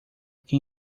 que